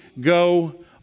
go